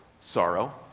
sorrow